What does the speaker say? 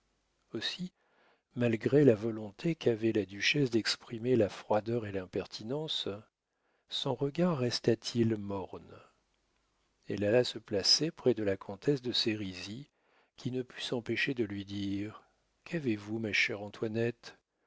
aussi malgré la volonté qu'avait la duchesse d'exprimer la froideur et l'impertinence son regard resta-t-il morne elle alla se placer près de la comtesse de sérizy qui ne put s'empêcher de lui dire qu'avez-vous ma chère antoinette